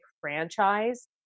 franchise